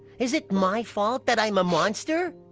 is it my fault that i'm a monster?